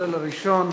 השואל הראשון,